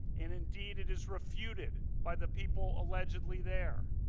and indeed it is refuted by the people allegedly there.